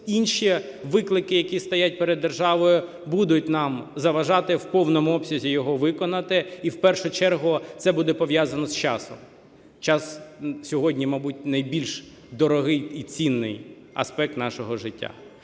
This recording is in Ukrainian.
інші виклики, які стоять перед державою, будуть нам заважати в повному обсязі його виконати, і в першу чергу це буде пов'язано з часом. Час сьогодні, мабуть, найбільш дорогий і цінний аспект нашого життя.